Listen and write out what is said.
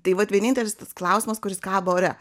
tai vat vienintelis tas klausimas kuris kaba ore